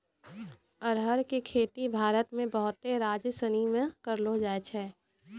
अरहर के खेती भारत मे बहुते राज्यसनी मे करलो जाय छै